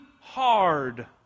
hard